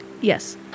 Yes